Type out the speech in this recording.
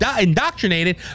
indoctrinated